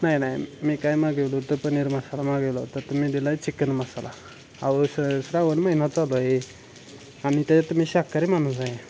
नाही नाही मी काय मागवलं तर पनीर मसाला मागवला होता तुम्ही दिला आहे चिकन मसाला अहो सर श्रावण महिना चालू आहे आणि त्याच्यात तर मी शाकाहारी माणूस आहे